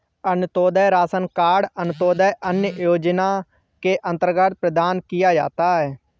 Antyodaya ration card Antyodaya अन्न योजना के अंतर्गत प्रदान किया जाता है